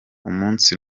umunsi